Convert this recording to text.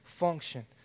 function